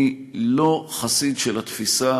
אני לא חסיד של התפיסה,